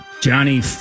Johnny